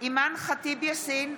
אימאן ח'טיב יאסין,